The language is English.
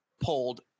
pulled